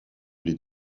les